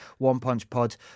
OnePunchPod